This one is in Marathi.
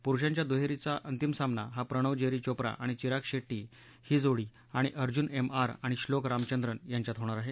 पुरुषांच्या दुहेरीचा अंतिम सामना हा प्रणव जेरी चोप्रा आणि चिराग शेट्टी ही जोडी आणि अर्जुन एम आर आणि श्लोक रामचंद्रन यांच्यात होणार आहे